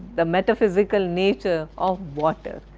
the metaphysical nature of water,